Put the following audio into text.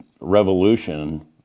revolution